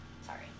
sorry